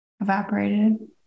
evaporated